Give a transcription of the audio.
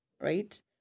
right